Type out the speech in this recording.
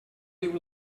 diu